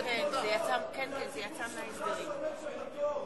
איך יכול להיות שאתה מגן על החוק הזה?